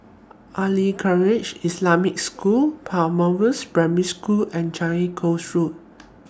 Khairiah Islamic School Primary School and Changi Coast Road